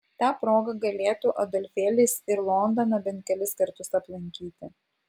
ta proga galėtų adolfėlis ir londoną bent kelis kartus aplankyti